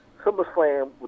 SummerSlam